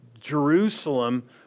Jerusalem